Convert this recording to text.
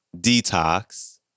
Detox